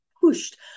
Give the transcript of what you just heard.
pushed